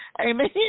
Amen